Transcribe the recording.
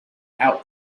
out